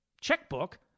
checkbook